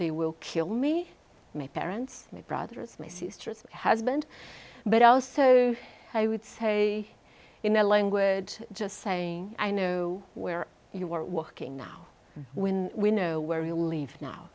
they will kill me my parents my brothers my sisters husband but also i would say in their language just saying i know where you were working now when we know where you live now